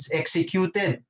executed